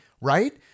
Right